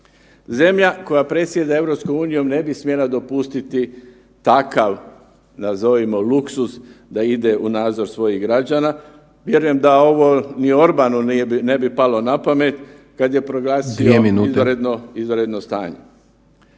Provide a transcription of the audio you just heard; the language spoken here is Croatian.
Zemlja koja predsjeda EU ne bi smjela dopustiti takav nazovimo luksuz da ide u nadzor svojih građana. Vjerujem da ovo ni Orbanu ne bi palo na pamet kad je proglasio izvanredno